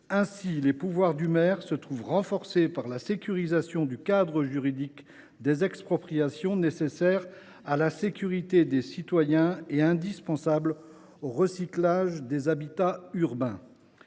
Ainsi, les pouvoirs du maire se trouvent renforcés par la sécurisation du cadre juridique des expropriations nécessaires à la sécurité des citoyens et indispensables au recyclage des habitats urbains.